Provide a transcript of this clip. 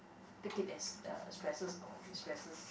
take it as uh stresses or destresses